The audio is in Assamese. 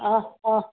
অঁ অঁ